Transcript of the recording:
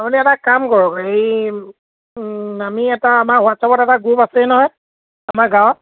আপুনি এটা কাম কৰক এই আমি এটা আমাৰ হোৱাটছআপত এটা গ্ৰুপ আছেই নহয় আমাৰ গাঁৱত